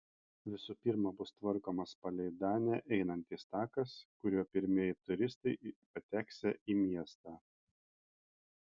visų pirma bus tvarkomas palei danę einantis takas kuriuo pirmieji turistai ir pateksią į miestą